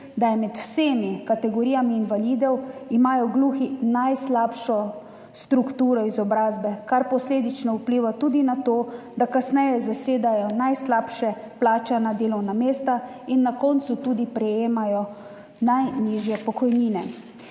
da imajo med vsemi kategorijami invalidov gluhi najslabšo strukturo izobrazbe, kar posledično vpliva tudi na to, da kasneje zasedajo najslabše plačana delovna mesta in na koncu tudi prejemajo najnižje pokojnine.